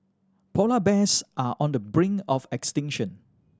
polar bears are on the brink of extinction